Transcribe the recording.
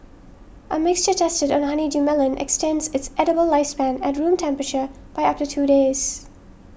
a mixture tested on a honeydew melon extended its edible lifespan at room temperature by up to two days